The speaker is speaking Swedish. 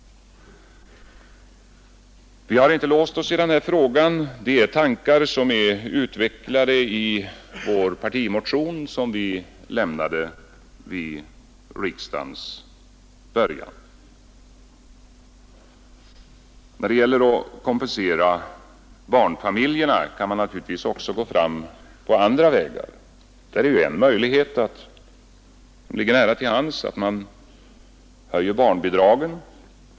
Vi har inte låst oss i den här frågan. Dessa tankar är utvecklade i vår partimotion som vi lämnade vid riksdagens början. När det gäller att kompensera barnfamiljerna kan man naturligtvis också gå fram på andra vägar. En möjlighet som ligger nära till hands är att man höjer barnbidragen.